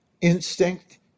instinct